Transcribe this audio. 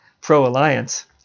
pro-Alliance